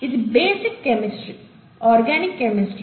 ఇది basic chemistry organic chemistry